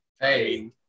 Hey